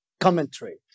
commentary